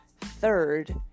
Third